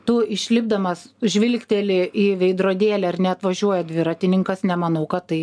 tu išlipdamas žvilgteli į veidrodėlį ar neatvažiuoja dviratininkas nemanau kad tai